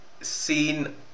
seen